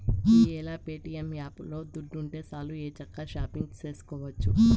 ఈ యేల ప్యేటియం యాపులో దుడ్డుంటే సాలు ఎంచక్కా షాపింగు సేసుకోవచ్చు